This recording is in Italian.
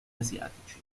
asiatici